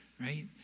right